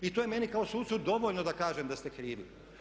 I to je meni kao sucu dovoljno da kažem da ste krivi.